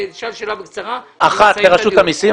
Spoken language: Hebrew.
שאלה לרשות המסים.